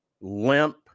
limp